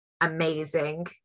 amazing